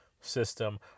system